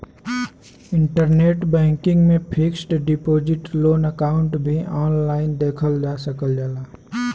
internet banking में fixed deposit loan account भी online देखल जा सकल जाला